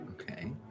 Okay